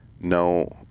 no